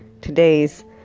today's